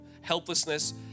helplessness